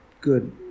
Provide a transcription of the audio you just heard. good